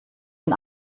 den